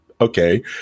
Okay